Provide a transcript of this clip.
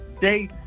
day